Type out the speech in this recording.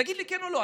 תגיד לי כן או לא.